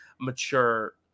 mature